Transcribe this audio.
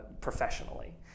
professionally